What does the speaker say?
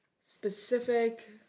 specific